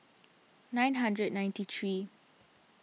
nine hundred ninety three